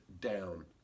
down